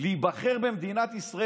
להיבחר במדינת ישראל.